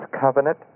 covenant